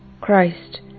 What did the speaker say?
Christ